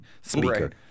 speaker